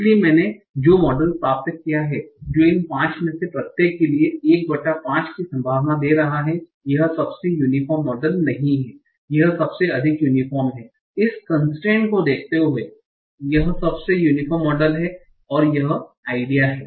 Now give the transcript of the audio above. इसलिए मैंने जो मॉडल प्राप्त किया है जो इन 5 में से प्रत्येक के लिए 15 की संभावना दे रहा है यह सबसे यूनीफोर्म मॉडल नहीं है यह सबसे अधिक यूनीफोर्म है इस कन्स्ट्रेन्ट को देखते हुए यह सबसे यूनीफोर्म मॉडल है और यह आइडिया है